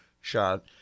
shot –